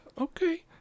okay